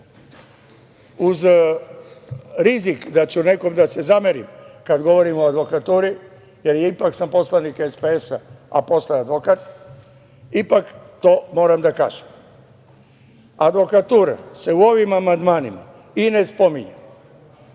rizik da ću nekome da se zamerim kada govorimo o advokaturi jer sam ipak poslanik SPS, a posle advokat, ipak to moram da kažem – advokatura se u ovim amandmanima i ne spominje,